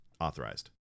authorized